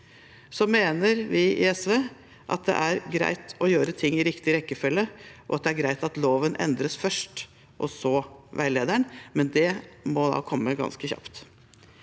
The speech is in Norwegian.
SV mener at det er greit å gjøre ting i riktig rekkefølge, og at det er greit at loven endres først og så veilederen, men det må da komme ganske kjapt.